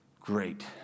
Great